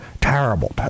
terrible